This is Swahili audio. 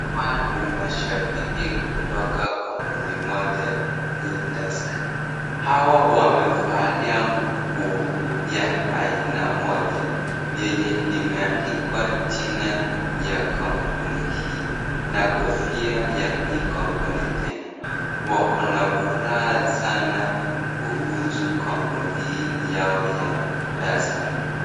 Hawa ni mashabiki kutoka kampuni moja ya Tusker. Hawa wamevalia nguo ya aina moja yenye imeandikwa jina ya kampuni hii na kofia ya hii kampuni tena. Wako na furaha sana kuhusu kampuni hii yao ya Tusker.